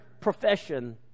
profession